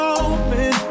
open